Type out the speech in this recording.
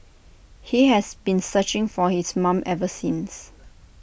he has been searching for his mom ever since